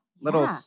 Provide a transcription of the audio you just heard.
little